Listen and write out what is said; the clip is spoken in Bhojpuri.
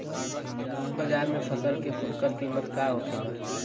बाजार में फसल के फुटकर कीमत का होखेला?